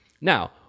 Now